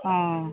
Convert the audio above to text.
অঁ